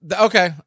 Okay